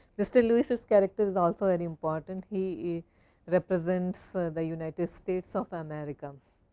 mr. lewis's character is also and important. he represents the united states of america.